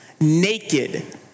Naked